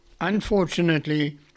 Unfortunately